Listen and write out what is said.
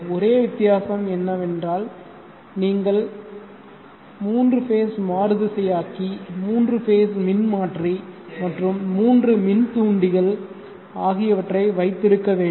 ஒரே வித்தியாசம் என்னவென்றால் நீங்கள் 3 ஃபேஸ் மாறுதிசையாக்கி 3 ஃபேஸ் மின்மாற்றி மற்றும் 3 மின் தூண்டிகள் ஆகியவற்றை வைத்திருக்க வேண்டும்